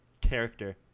character